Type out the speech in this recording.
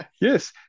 yes